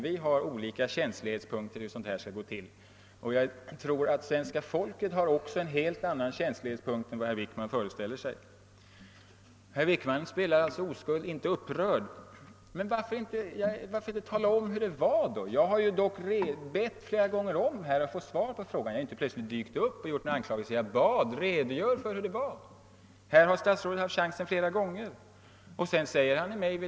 Vi har olika känslighetspunkter när det gäller hur sådana saker skall skötas. Jag tror också att svenska folket har en helt annan känslighetspunkt än herr Wickman föreställer sig. Statsrådet Wickman spelar som sagt oskuld och är inte upprörd. Men varför inte tala om då hur det förhåller sig? Jag har ju flera gånger hemställt om svar på mina frågor, inte bara dykt upp helt plötsligt och slungat ut anklagelser. Jag har bett om en redogörelse för hur det för håller sig, och statsrådet har flera gånger haft chansen att tala om det.